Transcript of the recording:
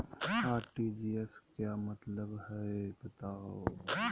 RTGS के का मतलब हई, बताहु हो?